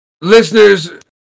Listeners